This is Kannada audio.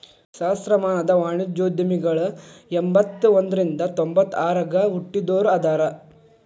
ಸಹಸ್ರಮಾನದ ವಾಣಿಜ್ಯೋದ್ಯಮಿಗಳ ಎಂಬತ್ತ ಒಂದ್ರಿಂದ ತೊಂಬತ್ತ ಆರಗ ಹುಟ್ಟಿದೋರ ಅದಾರ